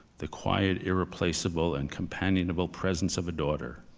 the quiet irreplaceable and companionable presence of a daughter,